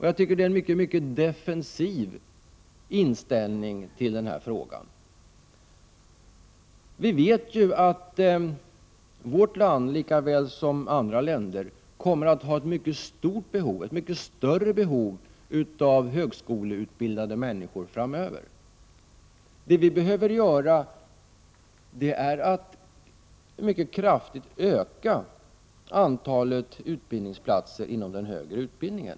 Jag tycker att denna inställning till frågan är synnerligen defensiv. Vi vet att behovet av högskoleutbildade kommer att vara mycket större framöver såväl i vårt land som i andra länder. Vad som behövs är en mycket kraftig ökning av antalet utbildningsplatser inom den högre utbildningen.